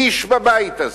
איש בבית הזה,